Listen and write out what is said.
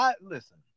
listen